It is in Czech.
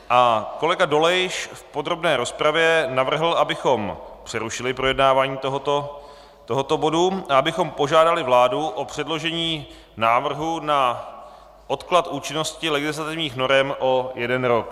A kolega Dolejš v podrobné rozpravě navrhl, abychom přerušili projednávání tohoto bodu a abychom požádali vládu o předložení návrhu na odklad účinnosti legislativních norem o jeden rok.